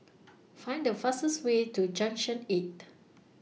Find The fastest Way to Junction eight